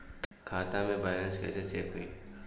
खता के बैलेंस कइसे चेक होई?